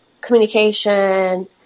communication